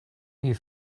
you